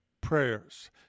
prayers